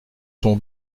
son